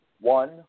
one